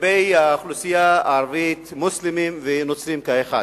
לגבי האוכלוסייה הערבית, מוסלמים ונוצרים כאחד,